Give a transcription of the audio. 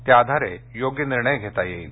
त्याआधारे योग्य निर्णय घेता येईल